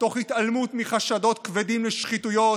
תוך התעלמות מחשדות כבדים לשחיתויות,